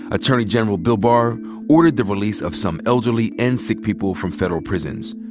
attorney general bill barr ordered the release of some elderly and sick people from federal prisons.